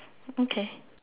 okay